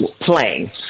playing